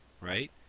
right